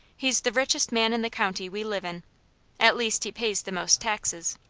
he's the richest man in the county we live in at least he pays the most taxes.